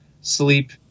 sleep